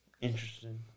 Interesting